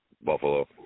Buffalo